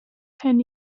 ten